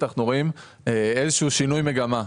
אנחנו רואים איזה שהוא שינוי מגמה.